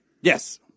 Yes